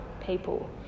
people